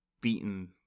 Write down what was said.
beaten